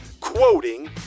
quoting